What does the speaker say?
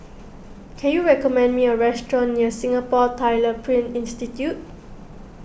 can you recommend me a restaurant near Singapore Tyler Print Institute